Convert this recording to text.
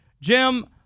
Jim